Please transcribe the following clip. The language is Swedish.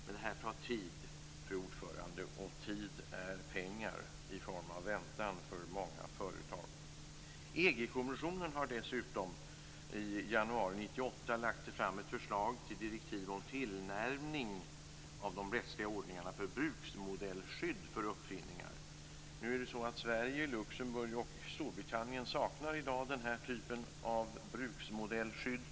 Men det här tar tid, fru talman, och tid är pengar. Det handlar om väntan för många företag. EG-kommissionen lade dessutom i januari 1998 fram ett förslag till direktiv om tillnärmning av de rättsliga ordningarna för bruksmodellskydd för uppfinningar. Sverige, Luxemburg och Storbritannien saknar i dag den här typen av bruksmodellskydd.